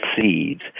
seeds